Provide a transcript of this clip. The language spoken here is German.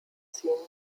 ziehen